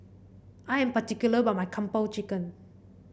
I am particular about my Kung Po Chicken